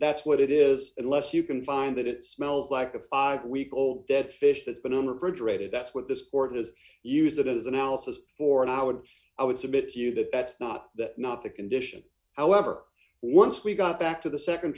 that's what it is unless you can find that it smells like a five week old dead fish that's been on refrigerated that's what this court has used that as analysis for and i would i would submit to you that that's not the not the condition however once we got back to the